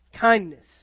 kindness